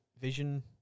Vision